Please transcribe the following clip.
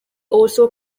also